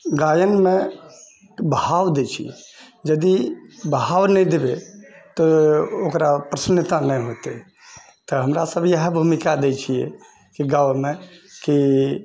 गायनमे भाव दै छिए यदि भाव नहि देबै तऽ ओकरा प्रसन्नता नहि होतै तऽ हमरा सब इएह भूमिका दै छिए गाबैमे कि